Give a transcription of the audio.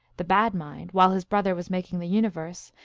the bad mind, while his brother was making the universe,